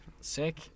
Sick